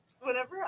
Whenever